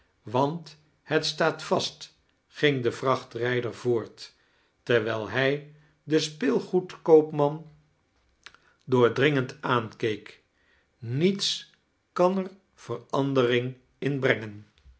want het staat vast ging de vrachtrijder voort terwijl hij den speelgoedkoopman doorchaeles dickens dringend aankeek niets kan er verandering in brengea